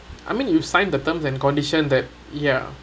I mean you have signed the terms and condition that ya